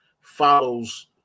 follows